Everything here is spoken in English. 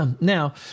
Now